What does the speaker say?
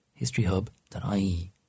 historyhub.ie